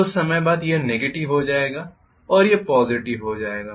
कुछ समय बाद यह नेगेटिव हो जाएगा और यह पॉज़िटिव हो जाएगा